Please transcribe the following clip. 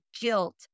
guilt